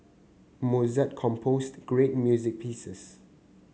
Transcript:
Mozart composed great music pieces